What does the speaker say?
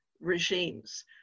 regimes